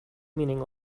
meaning